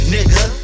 Nigga